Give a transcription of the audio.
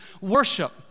worship